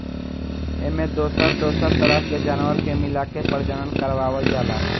एमें दोसर दोसर तरह के जानवर के मिलाके प्रजनन करवावल जाला